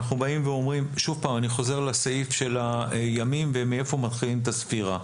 אני חוזר לסעיף של הימים ומאיפה מתחילים את הספירה.